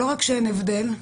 שלא רק שאין הבדל,